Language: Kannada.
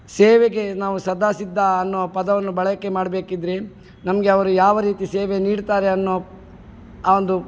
ಸೇವೆಗೆ ನಾವು ಸದಾ ಸಿದ್ಧ ಅನ್ನುವ ಪದವನ್ನು ಬಳಕೆ ಮಾಡಬೇಕಿದ್ರೆ ನಮಗೆ ಅವರು ಯಾವ ರೀತಿ ಸೇವೆ ನೀಡ್ತಾರೆ ಅನ್ನೊ ಅದು